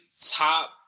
top